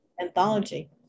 anthology